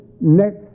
next